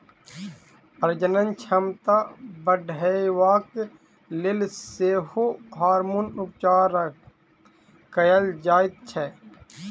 प्रजनन क्षमता बढ़यबाक लेल सेहो हार्मोन उपचार कयल जाइत छै